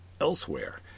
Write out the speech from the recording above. elsewhere